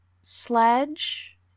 Sledge